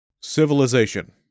Civilization